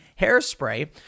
hairspray